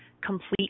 complete